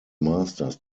masters